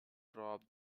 drop